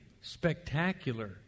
spectacular